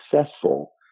successful